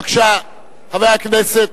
בבקשה, חבר הכנסת.